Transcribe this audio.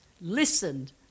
listened